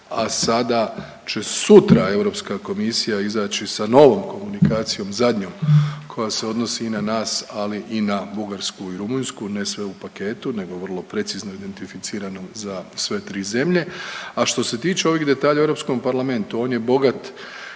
a sada će, sutra Europska komisija izaći sa novom komunikacijom, zadnjom koja se odnosi i na nas, ali i na Bugarsku i Rumunjsku, ne sve u paketu nego vrlo precizno identificirao za sve tri zemlje. A što se tiče ovih detalja o Europskom parlamentu, on je bogat